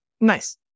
Nice